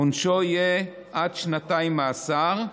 עונשו יהיה עד שנתיים מאסר.